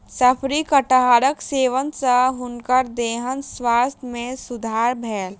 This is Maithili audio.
शफरी कटहरक सेवन सॅ हुनकर देहक स्वास्थ्य में सुधार भेल